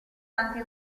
anche